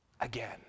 again